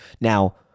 Now